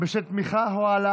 נגד